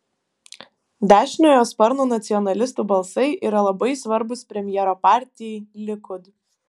dešiniojo sparno nacionalistų balsai yra labai svarbūs premjero partijai likud